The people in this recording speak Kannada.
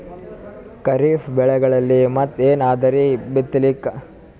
ಖರೀಫ್ ಬೆಳೆಗಳಲ್ಲಿ ಮತ್ ಏನ್ ಅದರೀ ಬಿತ್ತಲಿಕ್?